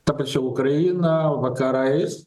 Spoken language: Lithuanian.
ta pačia ukraina vakarais